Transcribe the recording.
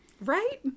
Right